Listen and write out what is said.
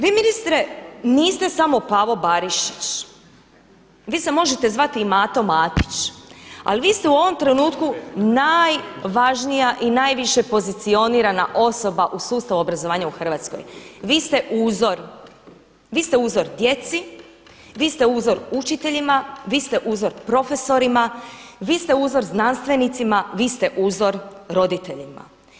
Vi ministre niste samo Pavo Barišić, vi se možete zvati i Mato Matić ali vi ste u ovom trenutku najvažnija i najviše pozicionirana osoba u sustavu obrazovanja u Hrvatskoj, vi ste uzor, vi ste uzor djeci, vi ste uzor učiteljima, vi ste uzor profesorima, vi ste uzor znanstvenicima, vi ste uzor roditeljima.